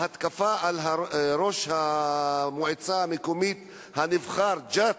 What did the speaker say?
ההתקפה על ראש המועצה המקומית הנבחר של ג'ת,